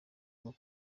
bwo